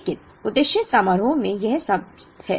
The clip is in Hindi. लेकिन उद्देश्य समारोह में यह शब्द है